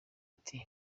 ati